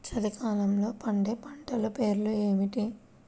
చలికాలంలో పండే పంటల పేర్లు ఏమిటీ?